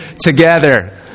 together